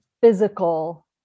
physical